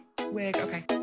Okay